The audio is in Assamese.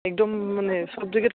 একদম মানে চবজি কে